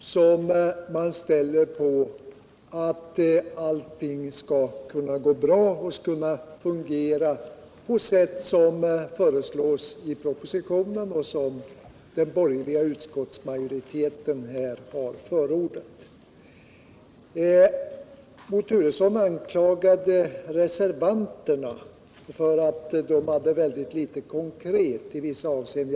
Man hoppas att allting skall kunna gå bra och = Stockholmsregiofungera på sätt som föreslås i propositionen och som den borgerliga ut — nen skottsmajoriteten har förordat. Bo Turesson anklagade reservanterna för att de hade ytterst litet konkret att komma med i vissa avseenden.